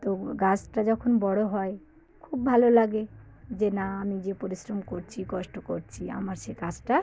তো গাছটা যখন বড় হয় খুব ভালো লাগে যে না আমি যে পরিশ্রম করছি কষ্ট করছি আমার সে গাছটা